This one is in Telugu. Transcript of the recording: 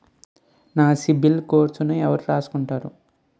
నా సిబిల్ స్కోరును ఎవరు రాసుకుంటారు